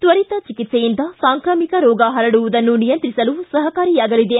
ತ್ವರಿತ ಚಿಕಿತ್ಸೆಯಿಂದ ಸಾಂಕ್ರಾಮಿಕ ರೋಗ ಹರಡುವುದನ್ನು ನಿಯಂತ್ರಿಸಲು ಸಹಕಾರಿಯಾಗಲಿದೆ